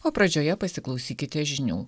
o pradžioje pasiklausykite žinių